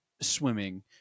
swimming